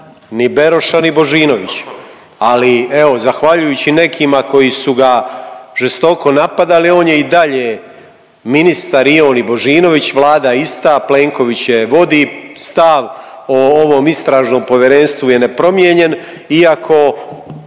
ni Beroša ni Božinovića ali evo zahvaljujući nekima koji su ga žestoko napadali on je i dalje ministar i on i Božinović, Vlada je ista, Plenković je vodi. Stav o ovom istražnom povjerenstvu je nepromijenjen iako